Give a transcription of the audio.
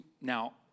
now